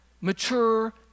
mature